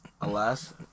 Alas